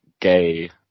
gay